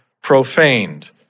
profaned